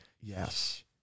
Yes